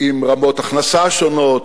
עם רמות הכנסה שונות,